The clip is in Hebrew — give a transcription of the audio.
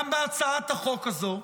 גם בהצעת החוק הזו,